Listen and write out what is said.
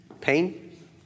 Pain